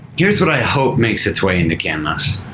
here's what i hope makes its way into canlis.